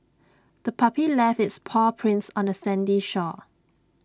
the puppy left its paw prints on the sandy shore